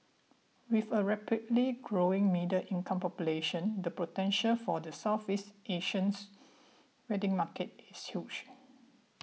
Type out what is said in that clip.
with a rapidly growing middle income population the potential for the Southeast Asians wedding market is huge